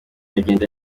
iragenda